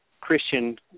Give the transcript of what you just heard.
Christian